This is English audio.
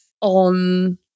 on